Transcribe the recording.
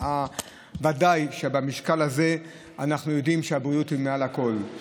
ודאי שבמשקל הזה אנחנו יודעים שהבריאות היא מעל הכול.